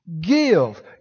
give